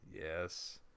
yes